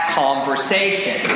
conversation